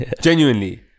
Genuinely